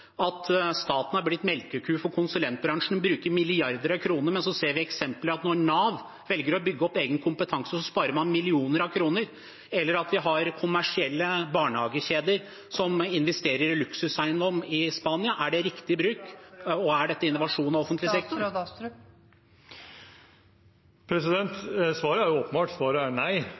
staten har blitt melkeku for konsulentbransjen og bruker milliarder av kroner, mens vi ser at når Nav velger å bygge opp egen kompetanse, sparer man millioner av kroner? Vi har kommersielle barnehagekjeder som investerer i luksuseiendom i Spania. Er det riktig bruk, og er dette innovasjon av offentlig sektor? Svaret er jo åpenbart – svaret er nei.